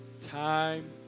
time